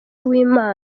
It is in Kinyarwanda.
uwimana